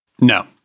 no